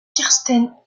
kirsten